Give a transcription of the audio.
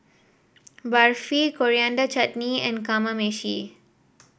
Barfi Coriander Chutney and Kamameshi